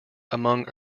among